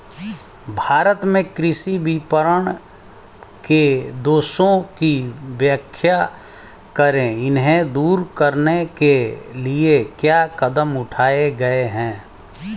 भारत में कृषि विपणन के दोषों की व्याख्या करें इन्हें दूर करने के लिए क्या कदम उठाए गए हैं?